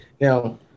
Now